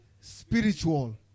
spiritual